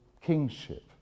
kingship